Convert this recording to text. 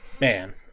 Man